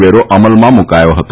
વેરો અમલમાં મુકાયો હતો